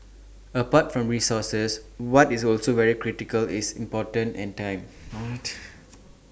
apart from resources what is also very critical is important and time what